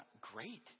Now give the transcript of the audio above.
Great